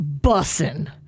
bussin